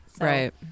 Right